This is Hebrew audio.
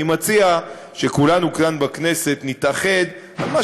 אני מציע שכולנו כאן בכנסת נתאחד על מה